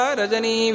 Rajani